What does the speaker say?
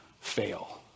fail